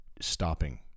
stopping